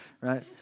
right